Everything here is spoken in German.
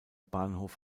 bahnhof